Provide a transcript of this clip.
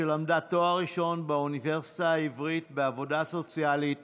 שלמדה תואר ראשון באוניברסיטה העברית בעבודה סוציאלית